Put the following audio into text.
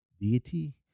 deity